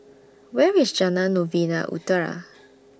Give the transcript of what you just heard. Where IS Jalan Novena Utara